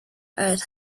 earth